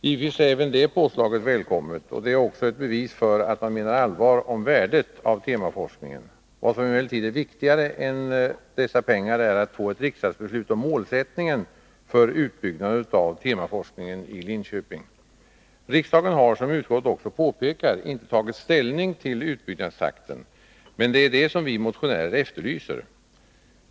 Givetvis är även det påslaget välkommet, och det är också ett bevis för att man menar allvar med uttalandet om värdet av temaforskningen. Vad som emellertid är viktigare än dessa pengar är att få ett riksdagsbeslut om målsättningen för utbyggnaden av temaforskningen i Linköping. Riksdagen har, som utskottet också påpekar, inte tagit ställning till utbyggnadstakten, men det är det som vi motionärer efterlyser.